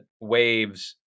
waves